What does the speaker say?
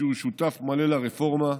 שהוא שותף מלא לרפורמה,